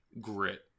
grit